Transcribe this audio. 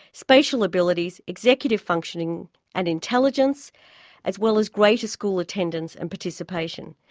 spatial abilities, executive functioning and intelligence as well as greater school attendance and participation.